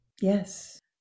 Yes